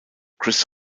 chris